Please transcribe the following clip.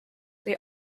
they